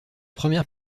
première